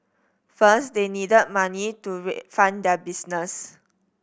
first they needed money to refund their business